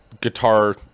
guitar